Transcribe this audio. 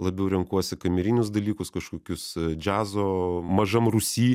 labiau renkuosi kamerinius dalykus kažkokius džiazo mažam rūsy